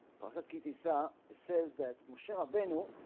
barsaat ki tisa it says that michelle they know